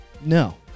No